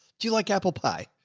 do you like apple pie?